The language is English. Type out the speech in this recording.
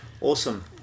Awesome